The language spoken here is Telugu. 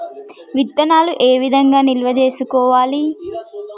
విత్తనాలు ఏ విధంగా నిల్వ చేస్తారు?